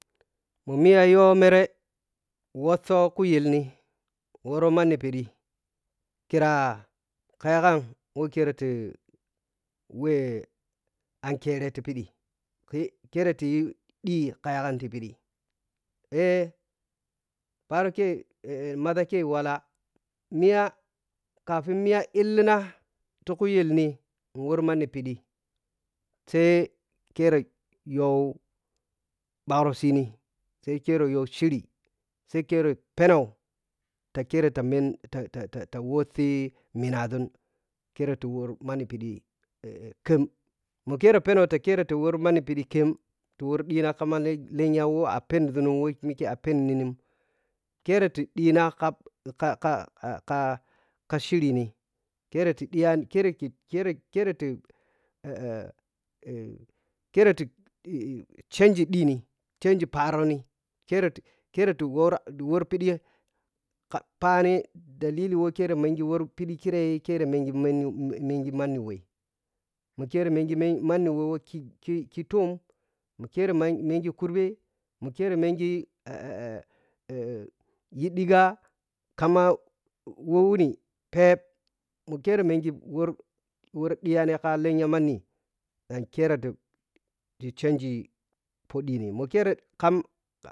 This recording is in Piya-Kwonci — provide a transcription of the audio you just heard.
Me mija yomere wushokuyelni woromanni ɓhiɗi kira kayekaag woo teyi wɛ ankere ti phiɗi ke kere tiyi di ka yagha tiphiɗi a phanikei maȝakai walla miya kafin miya ilina ti kuyelni worm anni phiɗi sai kere ɓhakru sini sai kere yo shiri sai kere phenoh ta kere ta mhen tatata ta tawusi minaȝun kitiwo manni phiɗi khen me kere phenoh kere ta wo manni phiɗi ti wor ɗina kama lenya wo a phenȝuning wo mike a phening keti ɗhina ka-ka-ka-ka shirin kereti di yani ketiketei kere kereti chanji ɗhini chanji pharoni kereti kete wor wo phiɗi kere kere menghi manni wɛg mo kere meghi manni wɛ wo keki kitun mekiri kere mengi kurɓe ma kere mengi yi ɗhigga kama wo wuni phep mo ker mengi wor wor ɗhiyani lenya manni ɗan kere ta ti chanji phoɗini mokire kam.